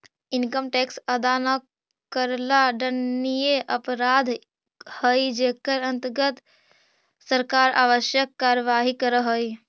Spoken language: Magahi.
इनकम टैक्स अदा न करला दंडनीय अपराध हई जेकर अंतर्गत सरकार आवश्यक कार्यवाही करऽ हई